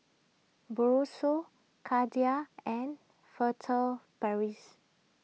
Brosol Kordel's and Furtere Paris